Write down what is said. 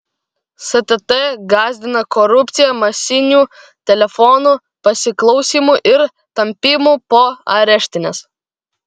stt gąsdina korupcija masiniu telefonų pasiklausymu ir tampymu po areštines